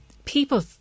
People